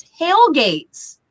tailgates